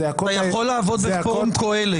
אתה יכול לעבוד בפורום קהלת.